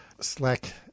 Slack